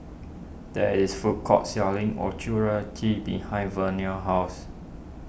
there is food court selling Ochazuke behind Vernell's house